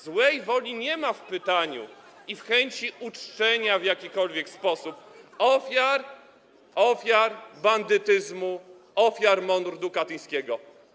Złej woli nie ma w pytaniu i w chęci uczczenia w jakikolwiek sposób ofiar bandytyzmu, ofiar mordu katyńskiego.